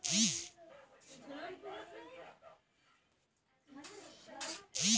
अधिका खाद अउरी रसायन डालला से एकर प्रभाव पर्यावरण पे पड़त बाटे